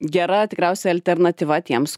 gera tikriausiai alternatyva tiems